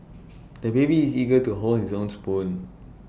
the baby is eager to hold his own spoon